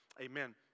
amen